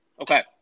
Okay